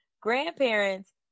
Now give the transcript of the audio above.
grandparents